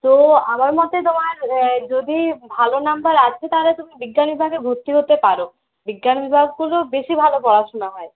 তো আমার মতে তোমার যদি ভালো নাম্বার আছে তাহলে তুমি বিজ্ঞান বিভাগে ভর্তি হতে পারো বিজ্ঞান বিভাগগুলোয় বেশি ভালো পড়াশুনা হয়